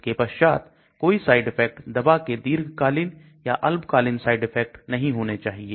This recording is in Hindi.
इसके पश्चात कोई साइड इफेक्ट दवा के दीर्घकालीन या अल्पकालीन साइड इफेक्ट नहीं होने चाहिए